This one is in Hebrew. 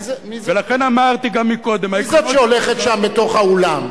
לכן אמרתי גם מקודם, מי זאת שהולכת שם בתוך האולם?